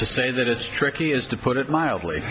to say that it's tricky is to put it mildly